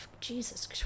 Jesus